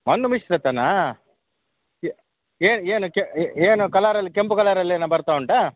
ಮಣ್ಣು ಮಿಶ್ರಿತನಾ ಏನಕ್ಕೆ ಏನು ಕಲರಲ್ಲಿ ಕೆಂಪು ಕಲರಲ್ಲಿ ಏನು ಬರ್ತಾ ಉಂಟಾ